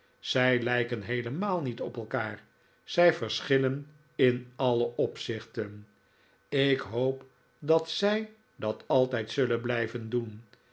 zij lijken heelemaal niet op elkaar zij verschillen in alle opzichten ik hoop dat zij dat altijd zullen blijven doen